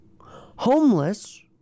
homeless